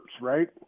right